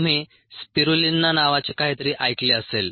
तुम्ही स्पिरुलिना नावाचे काहीतरी ऐकले असेल